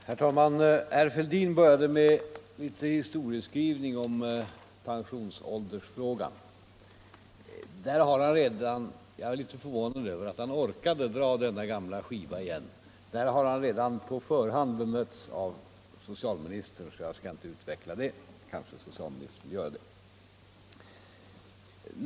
Herr talman! Herr Fälldin började med litet historieskrivning om pensionsåldersfrågan, och jag blev en smulad förvånad över att han orkade 85 dra denna gamla skiva igen. På den punkten har han redan på förhand bemötts av socialministern, så jag skall inte närmare utveckla saken; kanske socialministern vill göra det.